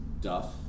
Duff